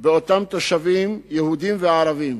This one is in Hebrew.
באותם תושבים, יהודים וערבים.